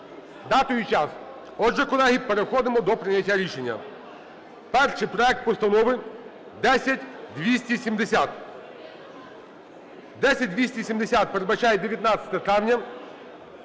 Дату і час. Отже, колеги, переходимо до прийняття рішення. Перший проект постанови - 10270. 10270 передбачає 19 травня.